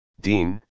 Dean